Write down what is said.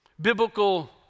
Biblical